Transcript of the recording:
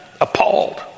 appalled